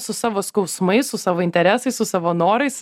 su savo skausmais su savo interesais su savo norais